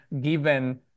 given